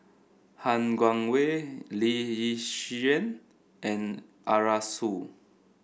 Han Guangwei Lee Yi Shyan and Arasu